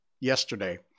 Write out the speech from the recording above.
yesterday